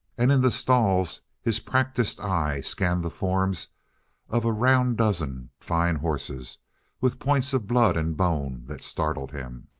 and in the stalls his practiced eye scanned the forms of a round dozen fine horses with points of blood and bone that startled him.